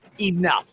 enough